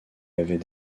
avait